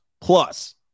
plus